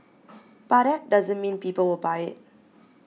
but that doesn't mean people will buy it